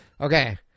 Okay